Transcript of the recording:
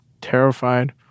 terrified